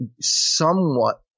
somewhat